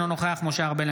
אינו נוכח משה ארבל,